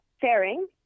fairing